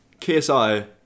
KSI